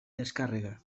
descàrrega